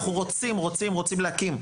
אנחנו רוצים להקים.